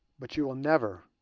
but you will never,